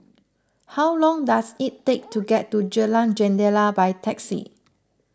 how long does it take to get to Jalan Jendela by taxi